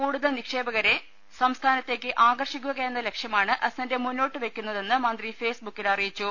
കൂടുതൽ നിക്ഷേപകരെ സംസ്ഥാന ത്തേക്ക് ആകർഷിക്കുകയെന്ന ലക്ഷ്യമാണ് അസന്റ് മുന്നോട്ടു വയ്ക്കുന്നതെന്ന് മന്ത്രി ഫേസ് ബുക്കിൽ അറിയിച്ചു